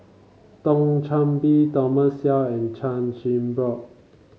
Thio Chan Bee Thomas Yeo and Chan Chin Bock